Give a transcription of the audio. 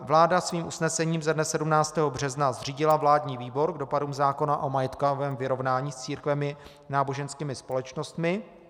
Vláda svým usnesením ze dne 17. března zřídila vládní výbor k dopadům zákona o majetkovém vyrovnání s církvemi a náboženskými společnostmi.